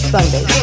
Sunday